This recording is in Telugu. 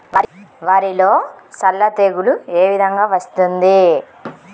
వరిలో సల్ల తెగులు ఏ విధంగా వస్తుంది?